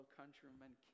countrymen